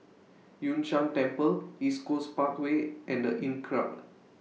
Yun Shan Temple East Coast Parkway and The Inncrowd